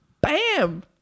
Bam